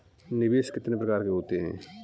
निवेश कितने प्रकार के होते हैं?